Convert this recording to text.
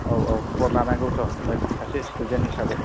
औ औ खबर लानांगौथ' मो सासे स्टिजेन्ट हिसाबै